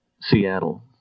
Seattle